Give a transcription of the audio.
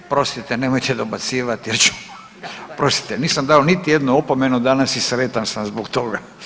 Oprostite, nemojte dobacivati, oprostite nisam dao niti jednu opomenu danas i sretan sam zbog toga.